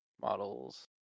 Models